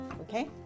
Okay